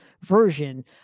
version